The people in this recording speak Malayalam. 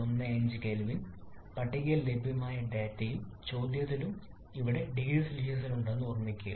15 കെ പട്ടികയിൽ ലഭ്യമായ ഡാറ്റയും ചോദ്യത്തിലും ഇവിടെ ഡിഗ്രി സെൽഷ്യസിൽ ഉണ്ടെന്ന് ഓർമ്മിക്കുക